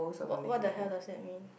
wh~ what the hell does that mean